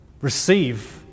receive